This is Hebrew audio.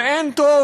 אין טוב,